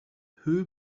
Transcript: who